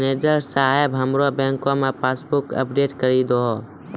manager साहेब हमरो bank passbook update करि दहो